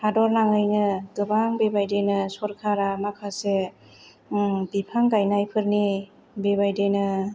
हादर नाङैनो गोबां बेबायदिनो सरखारा माखासे बिफां गायनायफोरनि बेबायदिनो